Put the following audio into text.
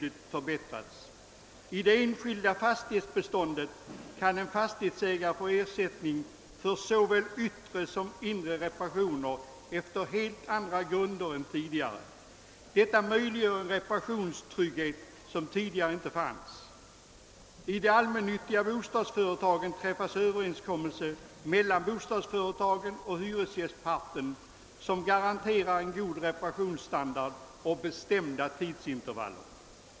I det enskilda fastighetsbeståndet kan en fastighetsägare få ersättning för såväl yttre som inre reparationer efter helt andra grunder än tidigare. Detta möjliggör en reparationstrygghet som tidigare inte fanns. I de allmännyttiga bostadsföretagen träffas överenskommelser mellan bostadsföretagen och hyresgästparten som garanterar en god reparationsstandard och bestämda tidsintervaller.